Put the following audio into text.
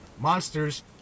monsters